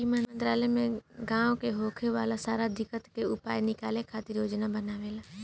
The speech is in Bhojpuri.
ई मंत्रालय गाँव मे होखे वाला सारा दिक्कत के उपाय निकाले खातिर योजना बनावेला